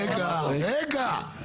רגע, רגע.